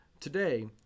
Today